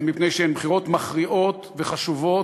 מפני שהן בחירות מכריעות וחשובות,